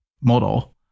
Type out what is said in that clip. model